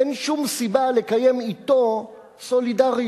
אין שום סיבה לקיים אתו סולידריות.